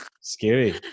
Scary